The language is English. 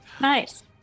Nice